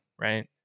right